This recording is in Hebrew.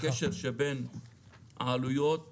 על הקשר בין עלויות לזמן.